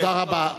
תודה רבה.